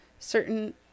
certain